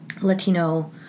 latino